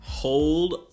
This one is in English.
Hold